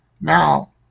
Now